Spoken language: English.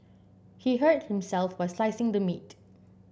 he hurt himself while slicing the meat